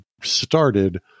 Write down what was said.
started